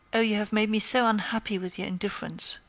oh! you have made me so unhappy with your indifference.